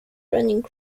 running